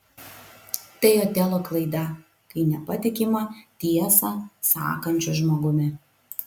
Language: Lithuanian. tai otelo klaida kai nepatikima tiesą sakančiu žmogumi